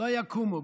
לא יקומו.